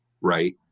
right